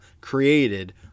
created